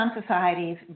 societies